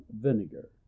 vinegar